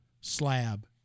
slab